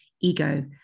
ego